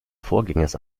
vorgängers